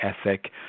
ethic